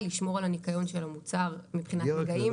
לשמור על הניקיון של המוצר מבחינת נגעים וטפילים.